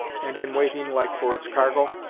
and in waiting like for its cargo?